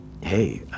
Hey